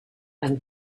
and